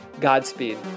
Godspeed